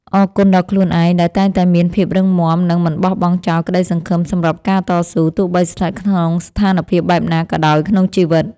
អរគុណដល់ខ្លួនឯងដែលតែងតែមានភាពរឹងមាំនិងមិនបោះបង់ចោលក្ដីសង្ឃឹមសម្រាប់ការតស៊ូទោះបីស្ថិតក្នុងស្ថានភាពបែបណាក៏ដោយក្នុងជីវិត។